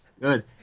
good